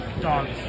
Dogs